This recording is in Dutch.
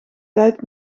tijd